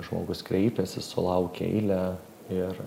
žmogus kreipiasi sulaukia eilę ir